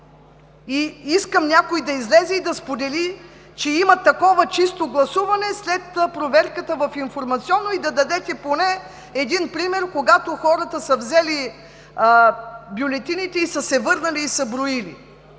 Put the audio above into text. Искам някой да излезе и да сподели, че има такова чисто гласуване след проверката в „Информационно“, и да дадете поне един пример, когато хората са взели бюлетините и са се върнали, и са броили.